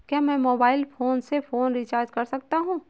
क्या मैं mobile phone से फोन रिचार्ज कर सकता हूं?